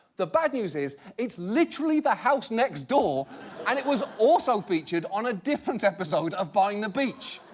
the bad news is, it's literally the house next door and it was also featured on a different episode of buying the beach.